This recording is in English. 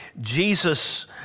Jesus